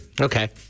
Okay